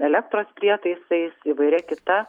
elektros prietaisais įvairia kita